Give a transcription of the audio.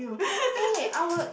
eh I would